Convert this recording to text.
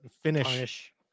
finish